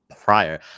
prior